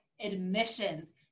admissions